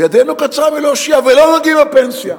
וידנו קצרה מלהושיע, ולא נוגעים בפנסיה.